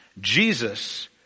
Jesus